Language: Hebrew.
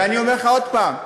ואני אומר לך עוד פעם,